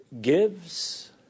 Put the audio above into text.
gives